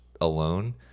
alone